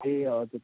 ए हजुर